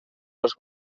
los